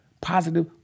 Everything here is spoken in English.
positive